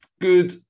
good